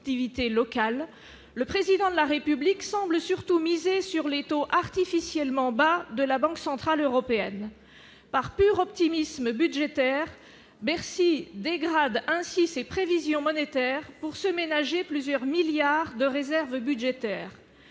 le président de la République semble surtout miser sur les taux artificiellement bas de la Banque centrale européenne, par pur optimisme budgétaire merci dégradent ainsi ses prévisions monétaires pour se ménager plusieurs milliards de réserves budgétaires